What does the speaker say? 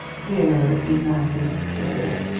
here i recognize no superiors!